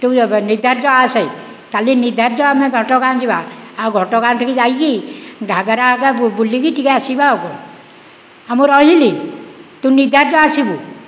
ତୁ ନିଧାର୍ଯ୍ୟ ଆସେ କାଲି ନିଧାର୍ଯ୍ୟ ଆମେ ଘଟଗାଁ ଯିବା ଆଉ ଘଟଗାଁ ଠିକ ଯାଇକି ଘାଗରା ବୁଲିକି ଟିକିଏ ଆସିବା ଆଉ କ'ଣ ହଁ ମୁଁ ରହିଲି ତୁ ନିଧାର୍ଯ୍ୟ ଆସିବୁ